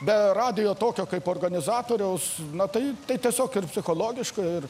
be radijo tokio kaip organizatoriaus na tai tai tiesiog ir psichologiškai ir